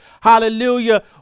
hallelujah